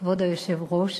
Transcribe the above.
כבוד היושב-ראש,